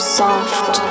soft